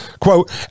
Quote